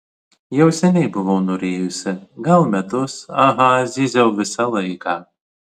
jau seniai buvau norėjusi gal metus aha zyziau visą laiką